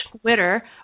Twitter